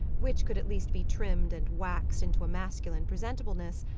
which could at least be trimmed and waxed into a masculine presentableness,